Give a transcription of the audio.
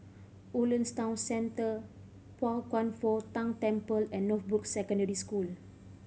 Woodlands Town Centre Pao Kwan Foh Tang Temple and Northbrooks Secondary School